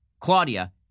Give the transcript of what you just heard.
Claudia